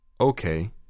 Okay